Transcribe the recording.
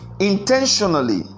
intentionally